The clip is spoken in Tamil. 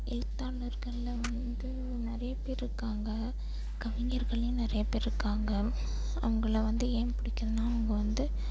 எழுத்தாளர்கள்ல வந்து நிறையப் பேர் இருக்காங்க கவிஞர்கள்லேயும் நிறையப் பேர் இருக்காங்க அவங்கள வந்து ஏன் பிடிக்குதுன்னால் அவங்க வந்து